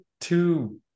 two